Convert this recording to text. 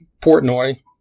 Portnoy